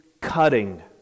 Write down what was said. cutting